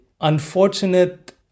unfortunate